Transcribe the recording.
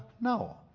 No